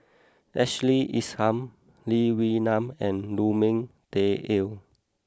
Ashley Isham Lee Wee Nam and Lu Ming Teh Earl